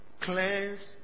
Cleanse